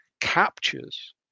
captures